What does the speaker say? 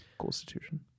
Constitution